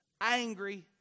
angry